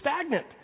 stagnant